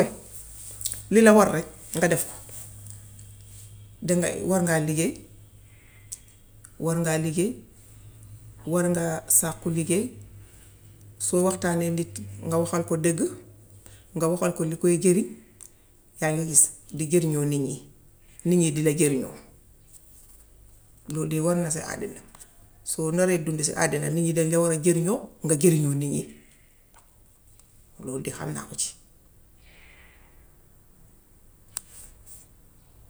Li la war rekk nga def ko danga, war ngaa liggéey war ngaa liggéey war nga sàkku liggéey. Soo waxtaaneek nit nga waxal ko dëgg, nga waxal ko li koy jëriñ. Yaa ngi gis, di jëriñoo nit ñi, nit ñi di la jeriñoo. Lool de wër na si àddina. Soo naree dundu si àddina, nit dañ la war di jëriñoo, nga jëriñoo nit ñi. Lool de xam naa ko ci.